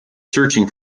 searching